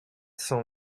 cents